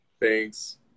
Thanks